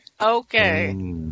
Okay